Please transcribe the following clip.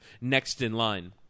next-in-line